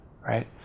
right